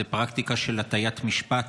זו פרקטיקה של הטיית משפט.